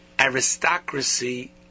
aristocracy